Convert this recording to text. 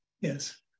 Yes